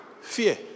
Fear